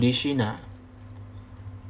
Li Shin ah